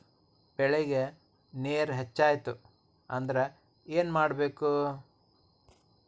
ಬೆಳೇಗ್ ನೇರ ಹೆಚ್ಚಾಯ್ತು ಅಂದ್ರೆ ಏನು ಮಾಡಬೇಕು?